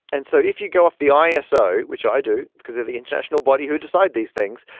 and so if you go off the iso, which i do because of the international body who decide these things,